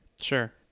Sure